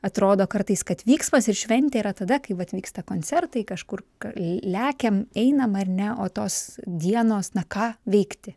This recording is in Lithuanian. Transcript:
atrodo kartais kad vyksmas ir šventė yra tada kai vat vyksta koncertai kažkur kai lekiam einam ar ne o tos dienos na ką veikti